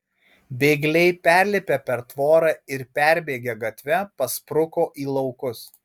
bėgliai perlipę per tvorą ir perbėgę gatvę paspruko į laukus